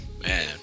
Man